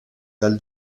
dal